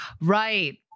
Right